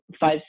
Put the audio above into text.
five